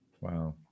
Wow